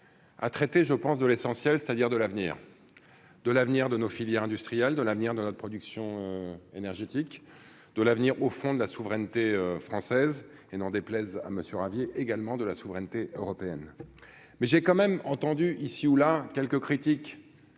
Ah traité je pense de l'essentiel, c'est-à-dire de l'avenir de l'avenir de nos filières industrielles de l'avenir de notre production énergétique de l'avenir, au fond de la souveraineté française et n'en déplaise à Monsieur Ravier également de la souveraineté européenne, mais j'ai quand même entendu ici ou là quelques critiques